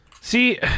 See